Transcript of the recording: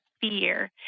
fear